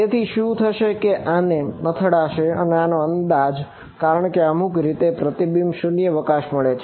તેથી શું થશે કે તે આને અથડાશે અને અંદાજને કારણે અમુક રીતે પ્રતિબિંબિત શૂન્યાવકાશ મળશે